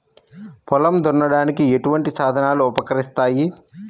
పొలం దున్నడానికి ఎటువంటి సాధనాలు ఉపకరిస్తాయి?